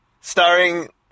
Starring